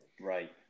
Right